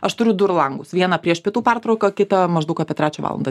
aš turiu du ir langus vieną prieš pietų pertrauką kitą maždaug apie trečią valandą